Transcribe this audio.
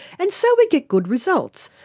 and so we get good results.